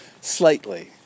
slightly